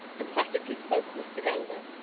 emphatically spoke mr. galloway.